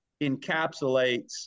encapsulates